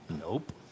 nope